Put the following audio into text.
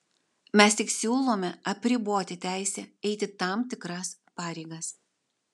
mes tik siūlome apriboti teisę eiti tam tikras pareigas